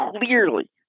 clearly